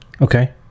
Okay